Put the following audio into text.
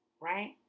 right